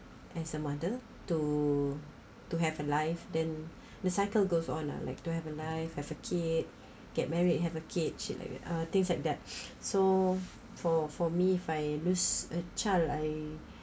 as a mother to to have a life then the cycle goes on lah like to have a life have a kid get married have a kids like uh things like that so for for me if I lose a child I